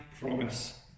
promise